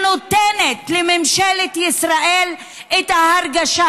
שנותנת לממשלת ישראל את ההרגשה